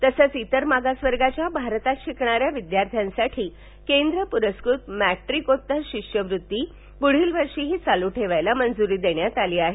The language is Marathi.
तर्सच इतर मागास वर्गांच्या भारतात शिकणाऱ्या विद्याध्यांसाठी केंद्र पुरस्कृत मॅट्रीकोच्चर शिष्यवृत्ती पुढील वर्षीही चालू ठेवण्यास मंचुरी दिली आहे